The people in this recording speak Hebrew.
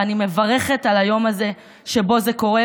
ואני מברכת על היום הזה שבו זה קורה,